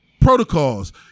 protocols